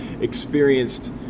experienced